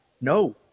no